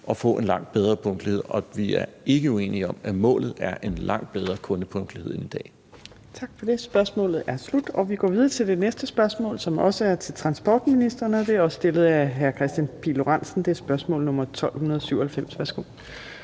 og få en langt bedre punktlighed. Og vi er ikke uenige om, at målet er en langt bedre kundepunktlighed end i dag. Kl. 14:54 Fjerde næstformand (Trine Torp): Tak for det. Spørgsmålet er slut. Vi går videre til det næste spørgsmål, som også er til transportministeren, og som også er stillet af hr. Kristian Pihl Lorentzen, og det er spørgsmål nr. 1297. Kl.